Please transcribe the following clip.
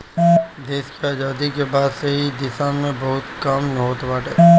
देस के आजादी के बाद से इ दिशा में बहुते काम होत बाटे